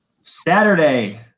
Saturday